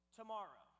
tomorrow